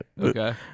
Okay